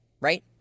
right